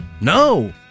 No